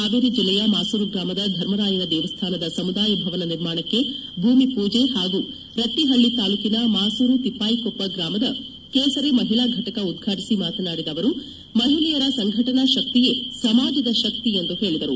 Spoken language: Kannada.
ಹಾವೇರಿ ಜಿಲ್ಲೆಯ ಮಾಸೂರು ಗ್ರಾಮದ ಧರ್ಮರಾಯನ ದೇವಸ್ಥಾನದ ಸಮುದಾಯ ಭವನ ನಿರ್ಮಾಣಕ್ಕೆ ಭೂಮಿ ಪೂಜೆ ಹಾಗೂ ರಟ್ಟಿಹಳ್ಳಿ ತಾಲ್ಲೂಕಿನ ಮಾಸೂರು ತಿಪ್ಲಾಯಿಕೊಪ್ಪ ಗ್ರಾಮದ ಕೇಸರಿ ಮಹಿಳಾ ಘಟಕ ಉದ್ಘಾಟಿಸಿ ಮಾತನಾದಿದ ಅವರು ಮಹಿಳೆಯರ ಸಂಘಟನಾ ಶಕ್ತಿಯೇ ಸಮಾಜದ ಶಕ್ತಿ ಎಂದು ಹೇಳಿದರು